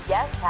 Yes